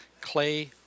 clay